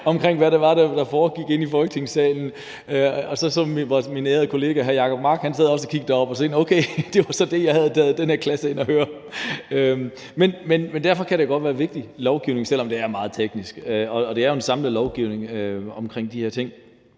hvad det var, der foregik under den her debat. Og min ærede kollega hr. Jacob Mark sad også og kiggede derop og tænkte: Okay, det var så det, man havde taget den klasse herind at høre! Men det kan jo godt være vigtig lovgivning, selv om det er meget teknisk. Det er jo en samlet lovgivning omkring de her ting,